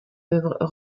œuvres